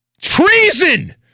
Treason